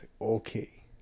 okay